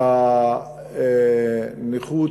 מהנכות,